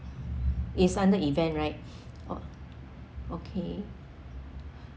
it's under event right oh okay